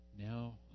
now